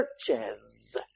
churches